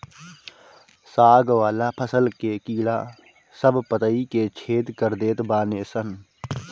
साग वाला फसल के कीड़ा सब पतइ के छेद कर देत बाने सन